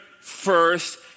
first